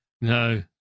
no